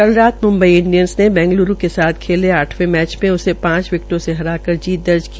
कल म्म्बई इंडियन ने बैंगलूर के साथ खेले आठवें मैच में उसे पांच विकटों से हराकर जीत दर्ज की